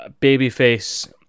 babyface